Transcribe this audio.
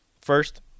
First